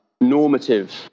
normative